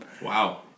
Wow